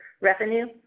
revenue